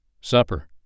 Supper